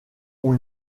ont